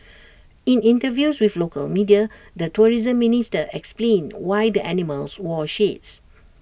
in interviews with local media the tourism minister explained why the animals wore shades